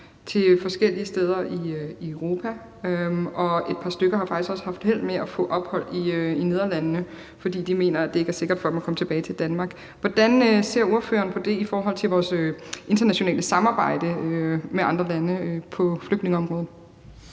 til forskellige steder i Europa, og et par stykker har faktisk også haft held med at få ophold i Nederlandene, fordi man dér mener, at det ikke er sikkert for dem at komme tilbage til Danmark. Hvordan ser ordføreren på det i forhold til vores internationale samarbejde med andre lande på flygtningeområdet?